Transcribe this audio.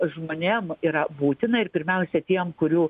žmonėm yra būtina ir pirmiausia tiem kurių